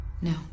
No